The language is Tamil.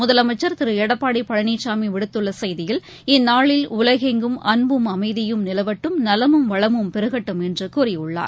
முதலமைச்சர் திருடப்பாடிபழனிசாமிவிடுத்துள்ளசெய்தியில் இந்நாளில் உலகெங்கும் அன்பும் அமைதியும் நிலவட்டும் நலமும் வளமும் பெருகட்டும் என்றுகூறியுள்ளார்